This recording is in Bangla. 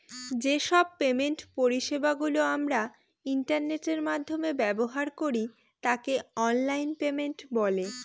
যে সব পেমেন্ট পরিষেবা গুলো আমরা ইন্টারনেটের মাধ্যমে ব্যবহার করি তাকে অনলাইন পেমেন্ট বলে